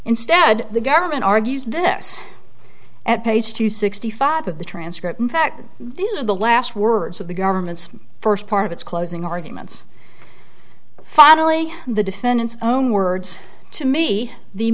instead the government argues this at page two sixty five of the transcript in fact these are the last words of the government's first part of its closing arguments finally the defendant's own words to me the